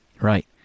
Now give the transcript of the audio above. Right